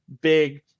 big